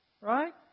Right